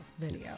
video